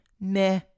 meh